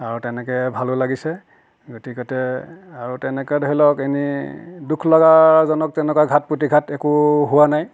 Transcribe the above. আৰু তেনেকৈ ভালো লাগিছে গতিকতে আৰু তেনেকুৱা ধৰি লওঁক এনে দুখ লগাজনক তেনেকুৱা ঘাত প্ৰতিঘাত একো হোৱা নাই